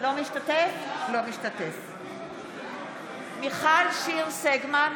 משתתף בהצבעה מיכל שיר סגמן,